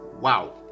Wow